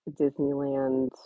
Disneyland